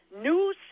New